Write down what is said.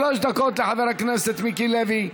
שלוש דקות לחבר הכנסת מיקי לוי.